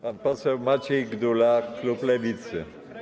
Pan poseł Maciej Gdula, klub Lewicy.